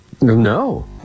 No